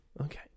okay